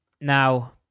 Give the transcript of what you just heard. Now